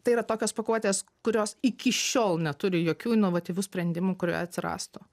tai yra tokios pakuotės kurios iki šiol neturi jokių inovatyvių sprendimų kurie atsirastų